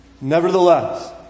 Nevertheless